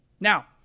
Now